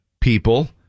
people